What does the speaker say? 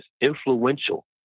influential